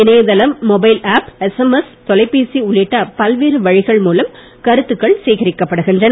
இணையதளம் mobile app SMS தொலைபேசி உள்ளிட்ட பல்வேறு வழிகள் மூலம் கருத்துக்கள் சேகரிக்கப்படுகின்றன